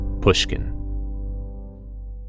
pushkin